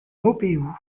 maupeou